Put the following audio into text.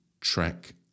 track